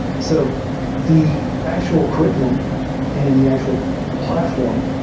so the actual curr iculum and the actual platform,